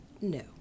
No